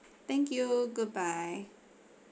thank you goodbye